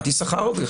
הלכת יששכרוב .